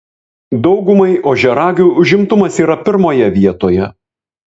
daugumai ožiaragių užimtumas yra pirmoje vietoje